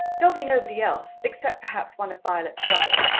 there'll be nobody else, except, perhaps, one of violet's brothers.